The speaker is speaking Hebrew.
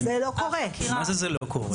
החקירה --- מה זאת אומרת זה לא קורה?